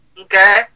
Okay